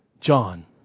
John